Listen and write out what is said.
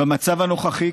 במצב הנוכחי,